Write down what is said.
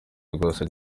rwose